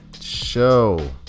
show